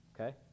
okay